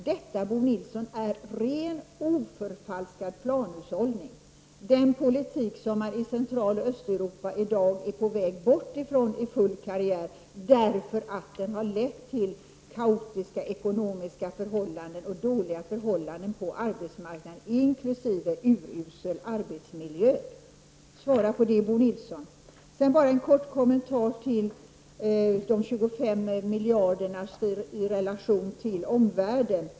Detta, Bo Nilsson, är ren och oförfalskad planhushållning, dvs. den politik som man i Centraloch Östeuropa i dag är på väg bort från i full karriär därför att den har lett till kaotisk eko nomi och dåliga förhållanden på arbetsmarknaden inkl. urusel arbetsmiljö. Svara på det, Bo Nilsson! Sedan vill jag göra en kort kommentar beträffande de 25 miljarderna i relation till omvärlden.